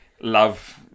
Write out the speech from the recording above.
love